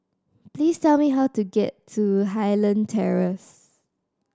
please tell me how to get to Highland Terrace